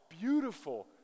beautiful